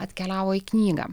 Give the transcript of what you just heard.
atkeliavo į knygą